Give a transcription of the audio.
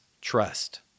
trust